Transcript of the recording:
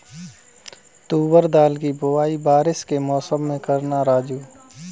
तुवर दाल की बुआई बारिश के मौसम में करना राजू